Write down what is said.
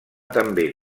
també